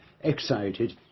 excited